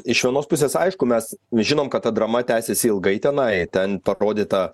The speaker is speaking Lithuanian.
iš vienos pusės aišku mes žinom kad ta drama tęsiasi ilgai tenai ten tap rodyta